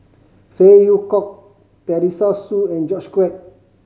Phey Yew Kok Teresa Hsu and George Quek